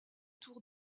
tour